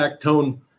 tone